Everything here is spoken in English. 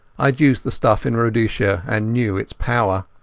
i had used the stuff in rhodesia and knew its power.